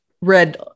read